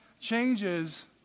changes